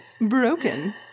broken